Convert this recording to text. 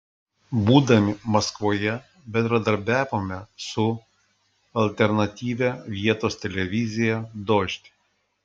būdami maskvoje bendradarbiavome su alternatyvia vietos televizija dožd